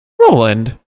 Roland